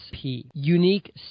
Unique